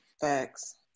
Thanks